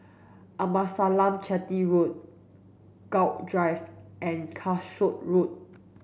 Amasalam Chetty Road Gul Drive and Calshot Road